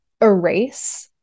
erase